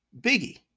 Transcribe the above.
Biggie